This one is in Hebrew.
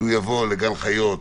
הוא יבוא לגן החיות,